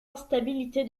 instabilité